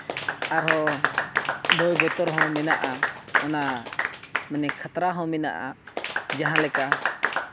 ᱟᱨᱦᱚᱸ ᱵᱳᱭ ᱵᱚᱛᱚᱨ ᱦᱚᱸ ᱢᱮᱱᱟᱜᱼᱟ ᱚᱱᱟ ᱢᱟᱱᱮ ᱠᱷᱟᱛᱨᱟ ᱦᱚᱸ ᱢᱮᱱᱟᱜᱼᱟ ᱡᱟᱦᱟᱸᱞᱮᱠᱟ